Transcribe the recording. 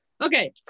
Okay